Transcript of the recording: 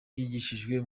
yigishijwe